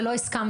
ולא הסכמתם.